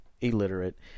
illiterate